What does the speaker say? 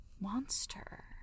monster